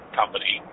company